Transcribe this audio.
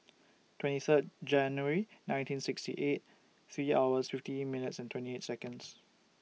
twenty Third January nineteen sixty eight three hours fifty minutes and twenty eight Seconds